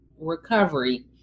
recovery